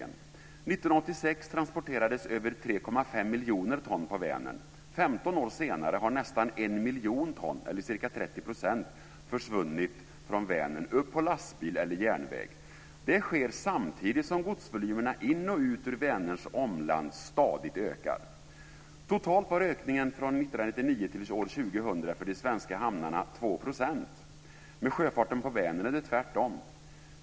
1986 transporterades över 3,5 miljoner ton på Vänern. 15 år senare har nästan 1 miljon ton, eller ca 30 %, försvunnit från Vänern upp på lastbil eller järnväg. Det sker samtidigt som godsvolymerna in och ut ur Vänerns omland stadigt ökar. Totalt var ökningen från år 1999 till 2000 för de svenska hamnarna 2 %. Med sjöfarten på Vänern är det tvärtom.